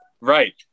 Right